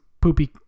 poopy